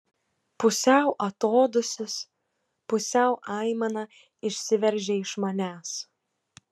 pusiau atodūsis pusiau aimana išsiveržia iš manęs